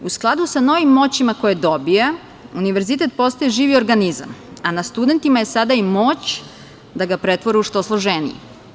U skladu sa novim moćima koje dobija, univerzitet postaje živi organizam, a na studentima je sada moć da ga pretvore u što složeniji.